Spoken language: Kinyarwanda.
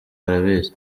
arabizi